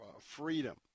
freedom